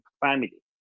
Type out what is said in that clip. family